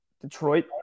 Detroit